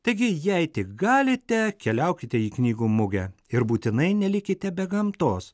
taigi jei tik galite keliaukite į knygų mugę ir būtinai nelikite be gamtos